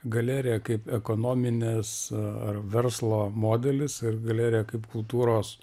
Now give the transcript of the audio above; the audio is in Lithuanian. galerija kaip ekonominės ar verslo modelis ir galeriją kaip kultūros